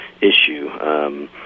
issue